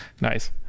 nice